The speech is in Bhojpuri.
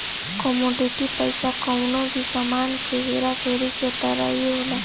कमोडिटी पईसा कवनो भी सामान के हेरा फेरी के तरही होला